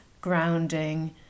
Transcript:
grounding